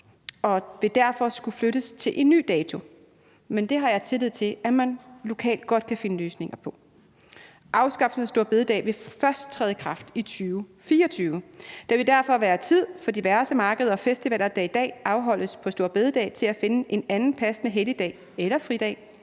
og vil derfor skulle flyttes til en ny dato, men det har jeg tillid til at man lokalt godt kan finde løsninger på. Afskaffelsen af store bededag vil først træde i kraft i 2024 – der vil derfor i forhold til diverse markeder og festivaler, der i dag afholdes på store bededag, være tid til at finde en anden passende helligdag eller fridag